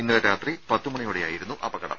ഇന്നലെ രാത്രി പത്തു മണിയോടെയായിരുന്നു അപകടം